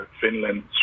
Finland